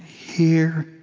here,